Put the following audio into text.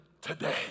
Today